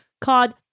called